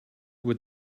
would